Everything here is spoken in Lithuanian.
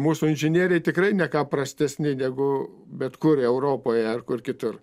mūsų inžinieriai tikrai ne ką prastesni negu bet kur europoje ar kur kitur